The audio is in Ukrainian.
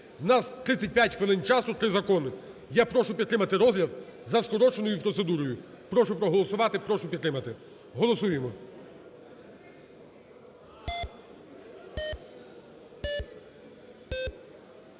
У нас 35 хвилин часу і три закони. Я прошу підтримати розгляд за скороченою процедурою. Прошу проголосувати. Прошу підтримати. Голосуємо.